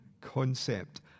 Concept